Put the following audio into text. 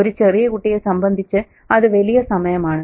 ഒരു ചെറിയ കുട്ടിയെ സംബന്ധിച്ച് അത് വലിയ സമയമാണ്